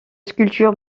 sculpture